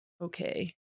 Okay